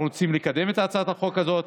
אנחנו רוצים לקדם את הצעת החוק הזאת.